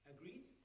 Agreed